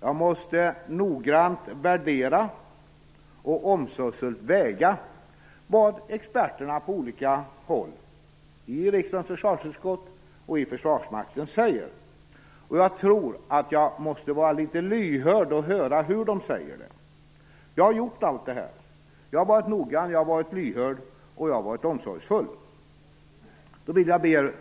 Jag måste noggrant värdera och omsorgsfullt överväga vad experterna på olika håll i riksdagens försvarsutskott och i Försvarsmakten säger. Jag tror också att jag måste vara litet lyhörd och höra hur de säger det. Jag har gjort allt det. Jag har varit noggrann, jag har varit lyhörd och jag har varit omsorgsfull. Då vill jag be er